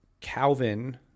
Calvin